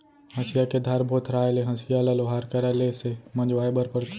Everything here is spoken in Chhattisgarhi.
हँसिया के धार भोथराय ले हँसिया ल लोहार करा ले से मँजवाए बर परथे